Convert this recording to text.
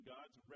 God's